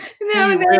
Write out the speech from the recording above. No